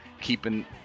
keeping